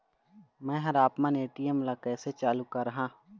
मैं हर आपमन ए.टी.एम ला कैसे चालू कराहां?